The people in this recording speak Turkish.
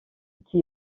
iki